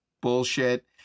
bullshit